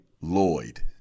Lloyd